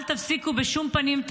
אל תפסיקו את הלחימה בשום פנים.